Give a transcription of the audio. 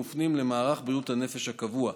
הם מופנים למערך בריאות הנפש הקבוע.